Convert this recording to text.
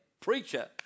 preacher